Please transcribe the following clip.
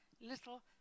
little